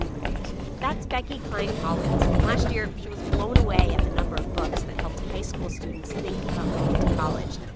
right? that's becky klein-collins. last year, she was blown away at the number of books that helped high school students think about going to college.